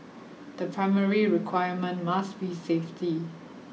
the primary requirement must be safety